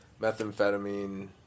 methamphetamine